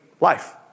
life